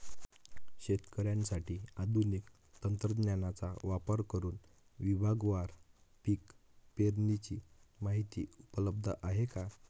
शेतकऱ्यांसाठी आधुनिक तंत्रज्ञानाचा वापर करुन विभागवार पीक पेरणीची माहिती उपलब्ध आहे का?